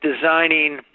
designing